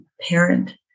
parent